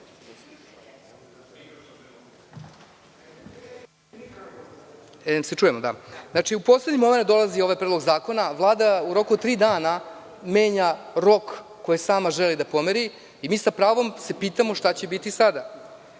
u ovu skupštinu dolazi ovaj predlog zakona, a Vlada u roku od tri dana menja rok koji sama želi da pomeri i mi sa pravom se pitamo šta će biti